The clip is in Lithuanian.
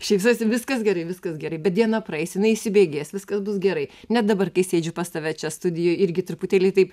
šypsausi viskas gerai viskas gerai bet diena praeis jinai įsibėgės viskas bus gerai net dabar kai sėdžiu pas tave čia studijoj irgi truputėlį taip